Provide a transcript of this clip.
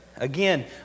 Again